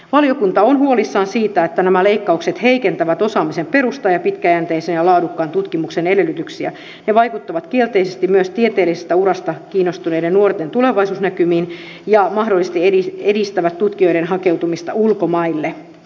valiokunta on huolissaan siitä että nämä leikkaukset heikentävät osaamisen perustaa ja pitkäjänteisen ja laadukkaan tutkimuksen edellytyksiä ja vaikuttavat kielteisesti myös tieteellisestä urasta kiinnostuneiden nuorten tulevaisuusnäkymiin ja mahdollisesti edistävät tutkijoiden hakeutumista ulkomaille